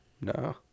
No